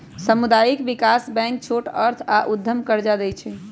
सामुदायिक विकास बैंक छोट अर्थ आऽ उद्यम कर्जा दइ छइ